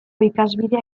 ikasbidea